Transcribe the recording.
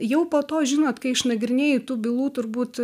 jau po to žinot kai išnagrinėji tų bylų turbūt